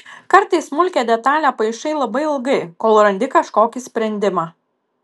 kartais smulkią detalią paišai labai ilgai kol randi kažkokį sprendimą